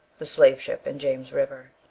the slave-ship in james river.